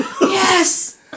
Yes